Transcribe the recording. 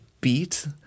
beat